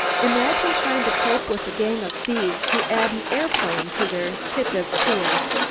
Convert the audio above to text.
imagine trying to cope with a gang of thieves who add an aeroplane to their kit of tools.